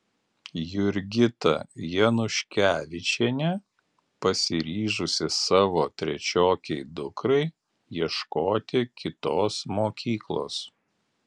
jurgita januškevičienė pasiryžusi savo trečiokei dukrai ieškoti kitos mokyklos